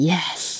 Yes